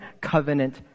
covenant